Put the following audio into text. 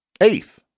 Eighth